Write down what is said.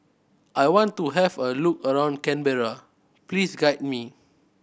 I want to have a look around Canberra please guide me